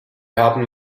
haben